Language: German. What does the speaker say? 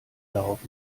darauf